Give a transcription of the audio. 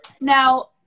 Now